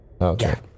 Okay